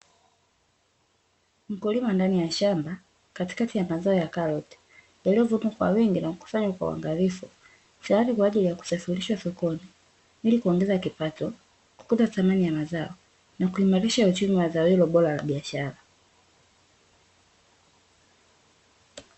Mkulima ndani ya shamba katikati ya mazao ya karoti, yaliyovunwa kwa wingi na kukusanywa kwa uangalifu, tayari kwa ajili ya kusafirishwa sokoni, ili kuongeza kipato, kukuza thamani ya mazao na kuimarisha uchumi wa zao hilo bora la biashara.